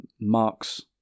Marx